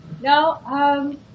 no